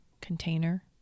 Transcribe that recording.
container